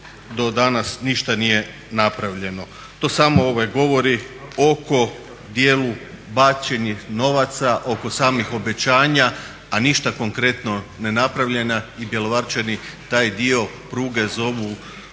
do danas ništa nije napravljeno. To samo govori o dijelu bačenih novaca, oko samih obećanja, a ništa konkretno nije napravljeno i bjelovarčani taj dio pruge zovu